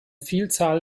vielzahl